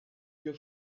que